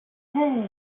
hey